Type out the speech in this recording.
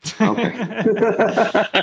Okay